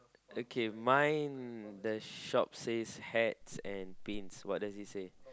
okay mine the shop says hats and pins